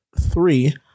three